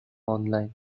online